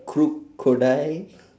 crookcodile